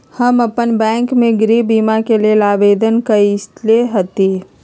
हम अप्पन बैंक में गृह बीमा के लेल आवेदन कएले हति